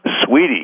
sweetie